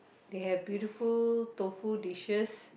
they had beautiful tofu dishes